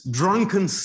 drunken